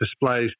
Displays